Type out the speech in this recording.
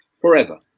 Forever